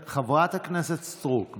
ככל שמתקרבת השבת עולה המחשבה על התפילה לשלום